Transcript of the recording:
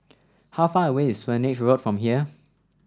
how far away is Swanage Road from here